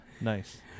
Nice